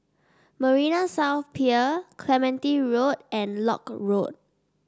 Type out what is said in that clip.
Marina South Pier Clementi Road and Lock Road